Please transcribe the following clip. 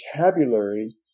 vocabulary